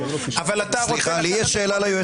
אבל אתה רוצה --- יש לי שאלה ליועצת המשפטית.